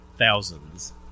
thousands